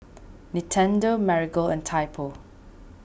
Nintendo Marigold and Typo